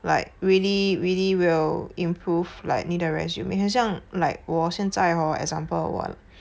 like really really will improve like 你的 resume 很像 like 我现在 hor example 我